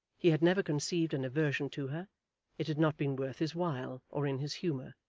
he had never conceived an aversion to her it had not been worth his while or in his humour.